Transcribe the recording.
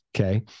Okay